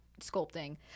sculpting